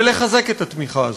ולחזק את התמיכה הזאת.